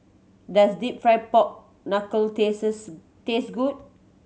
does Deep Fried Pork Knuckle taste good